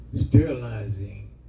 sterilizing